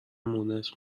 مونس